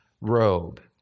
robe